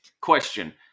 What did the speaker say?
question